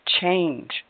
change